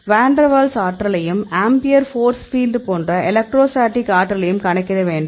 வான் der Waals ஆற்றலையும் ampere force field போன்ற electrostatic ஆற்றலையும் கணக்கிட வேண்டும்